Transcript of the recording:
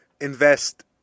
invest